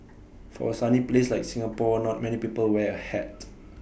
for A sunny place like Singapore not many people wear A hat